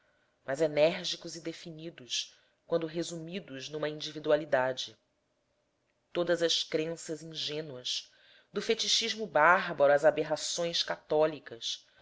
mas enérgicos e definidos quando resumidos numa individualidade todas as crenças ingênuas do fetichismo bárbaro às aberrações católicas